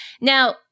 Now